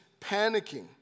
panicking